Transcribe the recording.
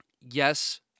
Yes